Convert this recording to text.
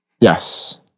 Yes